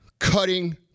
cutting